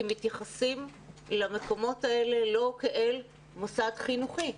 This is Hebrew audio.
מתייחסים למקומות האלה לא כאל מוסד חינוכי.